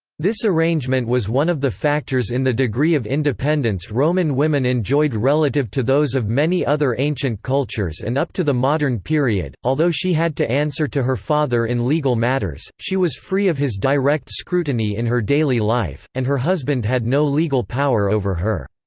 this arrangement was one of the factors in the degree of independence roman women enjoyed relative to those of many other ancient cultures and up to the modern period period although she had to answer to her father in legal matters, she was free of his direct scrutiny in her daily life, and her husband had no legal power over her.